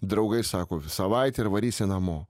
draugai sako savaitė ir varysi namo